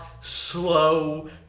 slow